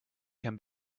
can